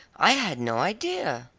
i had no idea,